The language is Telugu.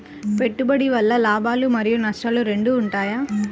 పెట్టుబడి వల్ల లాభాలు మరియు నష్టాలు రెండు ఉంటాయా?